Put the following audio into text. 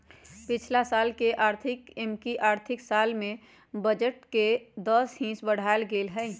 पछिला साल के हिसाबे एमकि आर्थिक साल में रक्षा बजट में दस हिस बढ़ायल गेल हइ